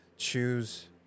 choose